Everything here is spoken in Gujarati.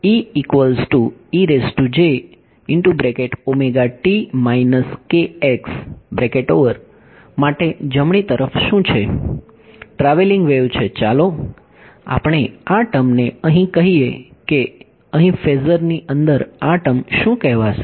તો માટે જમણી તરફ શું છે ટ્રાવેલિંગ વેવ છે ચાલો આપણે આ ટર્મને અહીં કહીએ કે અહીં ફેઝરની અંદર આ ટર્મ શું કહેવાશે